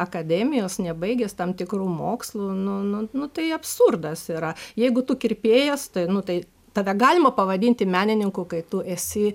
akademijos nebaigęs tam tikrų mokslų nu nu nu tai absurdas yra jeigu tu kirpėjas nu tai tada galima pavadinti menininku kai tu esi